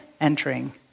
entering